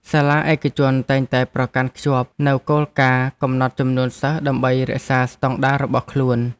សាលាឯកជនតែងតែប្រកាន់ខ្ជាប់នូវគោលការណ៍កំណត់ចំនួនសិស្សដើម្បីរក្សាស្តង់ដាររបស់ខ្លួន។